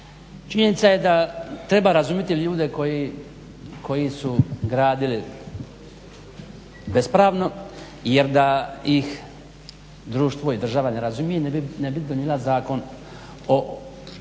Činjenica je da treba razumjeti ljude koji su gradili bespravno jer da ih društvo i država ne razumije ne bi donijela zakon o